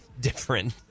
different